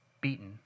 beaten